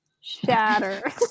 shatter